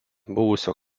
buvusio